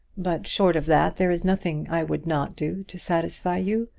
but, short of that, there is nothing i would not do to satisfy you.